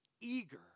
eager